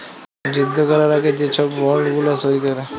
যুদ্ধ ক্যরার আগে যে ছব বল্ড গুলা সই ক্যরে